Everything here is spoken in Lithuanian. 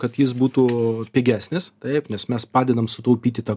kad jis būtų pigesnis taip nes mes padedam sutaupyti tą